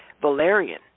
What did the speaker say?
valerian